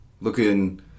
looking